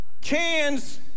cans